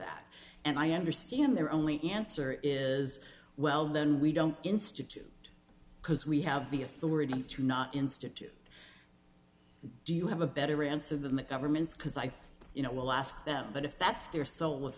that and i understand they're only answer is well then we don't institute because we have the authority to not institute do you have a better answer than the government's because i you know will ask them but if that's their sole